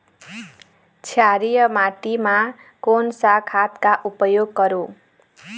क्षारीय माटी मा कोन सा खाद का उपयोग करों?